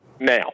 now